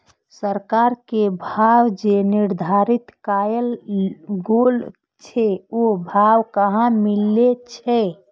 सरकार के भाव जे निर्धारित कायल गेल छै ओ भाव कहाँ मिले छै?